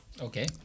Okay